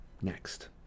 next